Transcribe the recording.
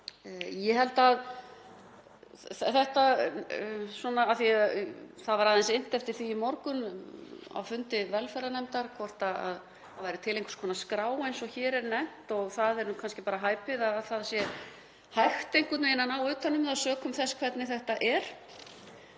það allt saman. Það var aðeins innt eftir því í morgun á fundi velferðarnefndar hvort það væri til einhvers konar skrá eins og hér er nefnt og það er nú kannski hæpið að það sé hægt einhvern veginn að ná utan um það sökum þess hvernig þetta er.